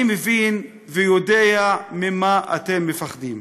אני מבין ויודע ממה אתם מפחדים.